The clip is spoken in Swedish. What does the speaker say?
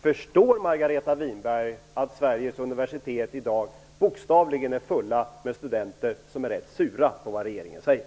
Förstår Margareta Winberg att Sveriges universitet i dag bokstavligen är fulla med studenter som är rätt sura på vad regeringen säger?